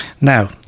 Now